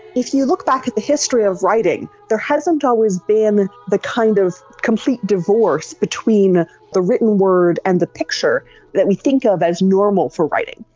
if you look back at the history of writing, there hasn't always been the kind of complete divorce between the written word and the picture that we think of as normal for writing.